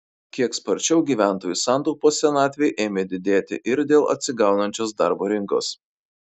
kiek sparčiau gyventojų santaupos senatvei ėmė didėti ir dėl atsigaunančios darbo rinkos